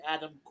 Adam